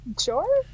sure